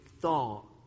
thought